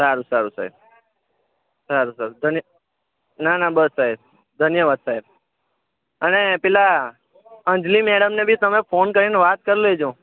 સારું સારું સાહેબ સારું સારું ધન્ય ના ના બસ સાહેબ ધન્યવાદ સાહેબ અને પેલા અંજલિ મેડમને બી તમે ફોન કરીને વાત કરી લેજો